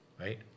right